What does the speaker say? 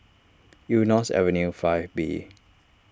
Eunos Avenue five B